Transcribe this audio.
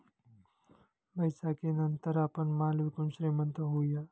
बैसाखीनंतर आपण माल विकून श्रीमंत होऊया